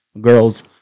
Girls